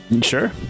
sure